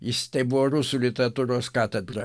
jis buvo rusų literatūros katedra